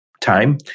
Time